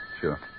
Sure